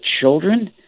children